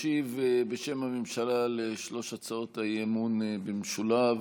ישיב בשם הממשלה על שלוש הצעות האי-אמון במשולב